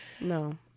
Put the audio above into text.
No